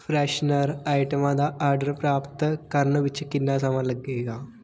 freshener ਆਈਟਮਾਂ ਦਾ order ਪ੍ਰਾਪਤ ਕਰਨ ਵਿੱਚ ਕਿੰਨਾ ਸਮਾਂ ਲੱਗੇਗਾ